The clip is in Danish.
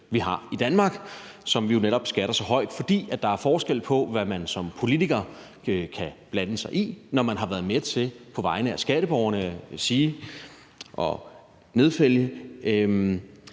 vi har i Danmark, og som vi jo netop skatter så højt, fordi der er forskel på, hvad man som politiker kan blande sig i, når man på vegne af skatteborgerne har været